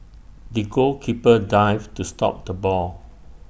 the goalkeeper dived to stop the ball